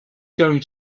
going